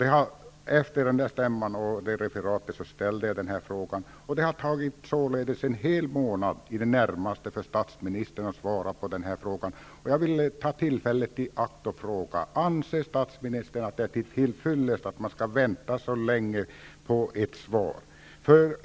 Efter stämman och referatet ställde jag den här frågan, och det har således tagit i det närmaste en hel månad för statsministern att svara på den. Jag vill ta tillfället i akt och fråga: Anser statsministern att det är till fyllest att man skall vänta så länge på ett svar?